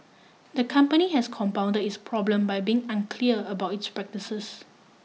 the company has compound its problem by being unclear about its practices